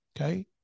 Okay